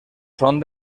són